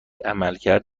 عملکرد